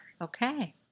Okay